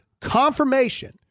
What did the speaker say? confirmation